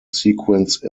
sequence